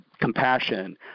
compassion